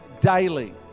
daily